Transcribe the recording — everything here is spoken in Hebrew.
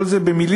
כל זה במילים,